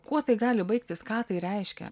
kuo tai gali baigtis ką tai reiškia